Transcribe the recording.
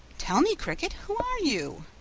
tell me, cricket, who are you?